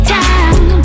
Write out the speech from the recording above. time